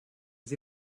sie